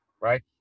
right